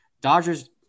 Dodgers